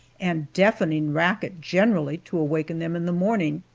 and deafening racket generally, to awaken them in the morning.